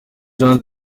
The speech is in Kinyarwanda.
jean